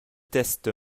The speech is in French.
test